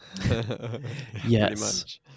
Yes